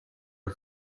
are